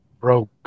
Broke